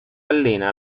allena